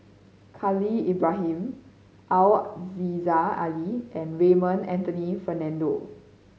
Khalil Ibrahim Aziza Ali and Raymond Anthony Fernando